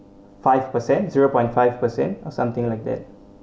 five percent zero point five percent or something like that